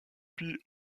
puis